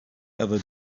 ever